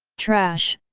trash!